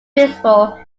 visible